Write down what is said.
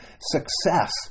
success